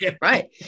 Right